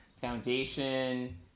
Foundation